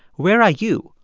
where are you?